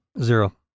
Zero